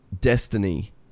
destiny